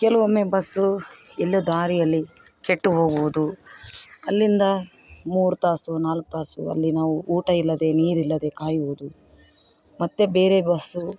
ಕೆಲವೊಮ್ಮೆ ಬಸ್ಸು ಎಲ್ಲೋ ದಾರಿಯಲ್ಲಿ ಕೆಟ್ಟು ಹೋಗುವುದು ಅಲ್ಲಿಂದ ಮೂರು ತಾಸು ನಾಲ್ಕು ತಾಸು ಅಲ್ಲಿ ನಾವು ಊಟ ಇಲ್ಲದೆ ನೀರಿಲ್ಲದೆ ಕಾಯುವುದು ಮತ್ತು ಬೇರೆ ಬಸ್ಸು